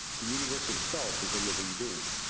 the universe, itself, is a living being.